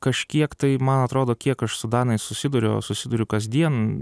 tai kažkiek tai man atrodo kiek aš su danais susiduriu o susiduriu kasdien